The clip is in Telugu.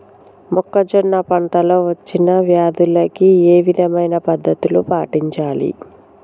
మొక్కజొన్న పంట లో వచ్చిన వ్యాధులకి ఏ విధమైన పద్ధతులు పాటించాలి?